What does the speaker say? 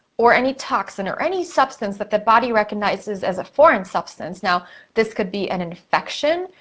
or any toxin, or any substance that the body recognizes as a foreign substance, now this can be an infection,